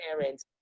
parents